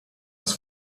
was